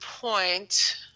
point